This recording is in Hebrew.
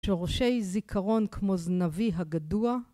שורשי זיכרון כמו זנבי הגדוע